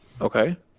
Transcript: Okay